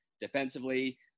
defensively